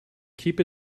keep